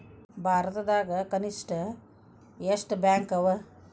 ಭಾರತದಾಗ ಕನಿಷ್ಠ ಎಷ್ಟ್ ಬ್ಯಾಂಕ್ ಅವ?